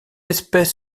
espèce